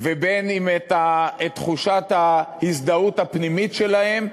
ואם את תחושת ההזדהות הפנימית שלהם,